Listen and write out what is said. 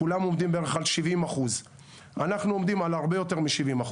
כולם עובדים ב-70% אנחנו עומדים על הרבה יותר מ-70%